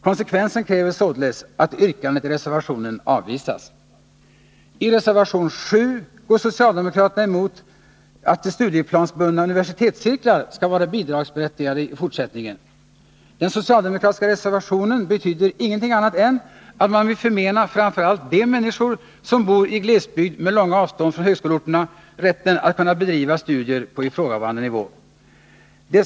Konsekvensen kräver således att yrkandet i reservationen avvisas. I reservation 7 går socialdemokraterna emot att studieplansbundna universitetscirklar skall vara bidragsberättigade i fortsättningen. Den socialdemokratiska reservationen betyder ingenting annat än att man vill förmena framför allt de människor som bor i glesbygd med långa avstånd från högskoleorterna rätten att kunna bedriva studier på ifrågavarande nivå.